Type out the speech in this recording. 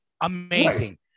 amazing